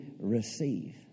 receive